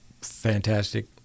fantastic